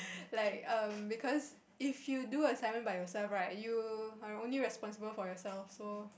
like um because if you do assignment by yourself right you are only responsible for yourself so